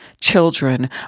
Children